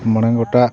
ᱢᱚᱬᱮ ᱜᱚᱴᱟᱜ